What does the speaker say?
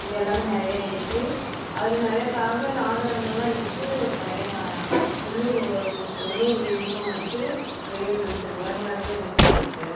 இது எல்லாம் நிறைய இருக்குது அதில் நிறைய தகவல் ஆதாரங்கள்லாம் இருக்குது நிறையா உள்ளூர் ஊடகங்கள் உள்ளூர் நியூஸ்சும் இருக்குது வெளியூர் நியூஸு உலகலாவியல் நியூஸும் இருக்குது